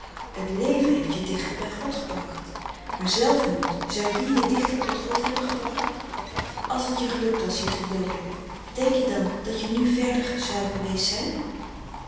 het leven heeft je dichter bij god gebracht maar zelfmoord zou die je dichter tot god hebben gebracht als t je gelukt was je te dooden denk je dan dat je nu verder zou geweest zijn